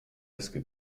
hezky